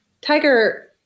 Tiger